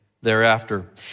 thereafter